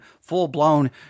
full-blown